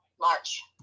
March